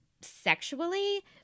sexually